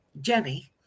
Jenny